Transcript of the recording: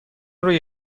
روی